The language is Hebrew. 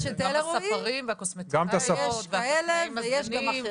יש את אלה, רועי, ויש גם אחרים.